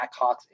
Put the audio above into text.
Blackhawks